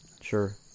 Sure